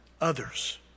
others